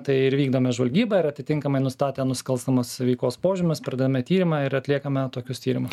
tai ir vykdome žvalgybą ir atitinkamai nustatę nusikalstamos veikos požymius pradedame tyrimą ir atliekame tokius tyrimus